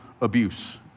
abuse